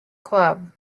club